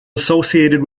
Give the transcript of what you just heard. associated